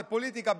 בפוליטיקה,